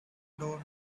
door